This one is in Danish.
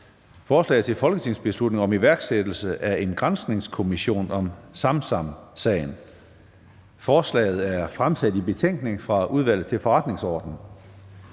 Forslag til folketingsbeslutning om iværksættelse af en granskningskommission om Samsamsagen. (Forslag som fremsat (i betænkning) 17.05.2023. Anmeldelse